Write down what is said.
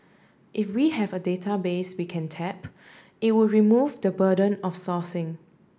if we have a database we can tap it would remove the burden of sourcing